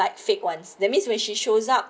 fake ones that means when she shows up